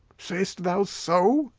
say'st thou so?